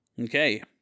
Okay